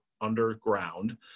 underground